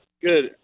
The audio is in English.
Good